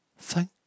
Thank